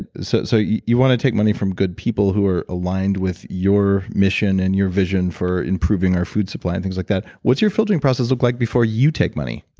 so so you you want to take money from good people who are aligned with your mission and your vision for improving our food supply and things like that. what's your filtering process look like before you take money?